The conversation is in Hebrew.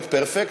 Not perfect.